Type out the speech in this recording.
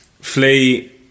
Flea